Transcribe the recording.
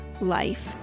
life